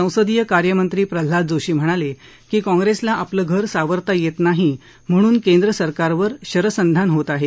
संसदीय कार्य मंत्री प्रल्हाद जोशी म्हणाले की काँग्रेसला आपलं घर सावरता येत नाही म्हणून केंद्रसरकारवर शरसंधान होत आहे